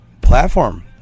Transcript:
platform